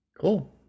Cool